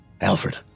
Alfred